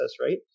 right